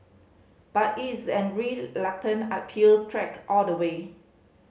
but it is an uphill trek all the way